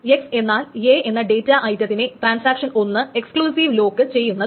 x എന്നാൽ a എന്ന data ഐറ്റത്തിനെ ട്രാൻസാക്ഷൻ 1 എക്സ്കളൂസിവ് ലോക്ക് ചെയ്യുന്നതാണ്